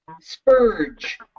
spurge